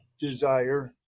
desire